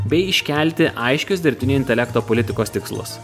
bei iškelti aiškius dirbtinio intelekto politikos tikslus